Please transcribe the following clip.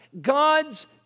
God's